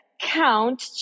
count